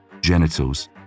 genitals